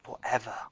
forever